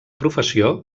professió